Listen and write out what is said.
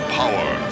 power